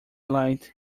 light